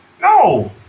No